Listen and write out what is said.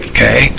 Okay